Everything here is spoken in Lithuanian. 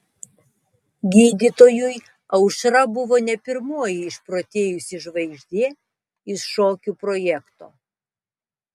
gydytojui aušra buvo ne pirmoji išprotėjusi žvaigždė iš šokių projekto